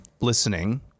listening